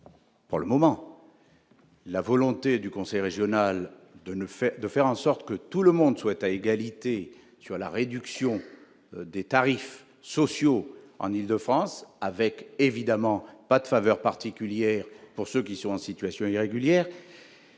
pour le moment, la volonté du conseil régional de ne faire de faire en sorte que tout le monde soit à égalité sur la réduction des tarifs sociaux en Île-de-France, avec évidemment pas de faveur particulière pour ceux qui sont en situation irrégulière